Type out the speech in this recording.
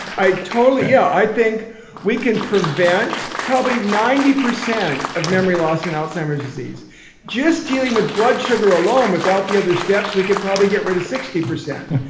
i totally, yeah. i think we can prevent probably ninety percent of memory loss and alzheimer's disease just dealing with blood sugar alone without the other steps we could probably get rid of sixty percent.